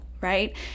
right